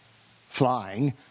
Flying